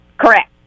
correct